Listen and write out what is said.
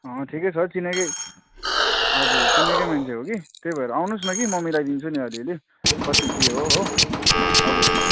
अँ ठिकै छ चिनेकै हजुर चिनेकै मान्छे हो कि त्यही भएर आउनुहोस् न कि म मिलाइदिन्छु नि अलिअलि कति के हो हो हजुर